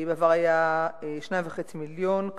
היה בעבר 2.5 מיליון ש"ח,